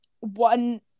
one